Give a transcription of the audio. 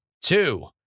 Two